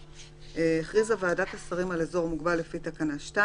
3א. הכריזה ועדת השרים על אזור מוגבל לפי תקנה 2,